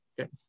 Okay